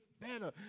better